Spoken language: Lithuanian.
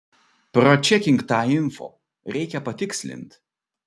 pračekink tą info reikia patikslint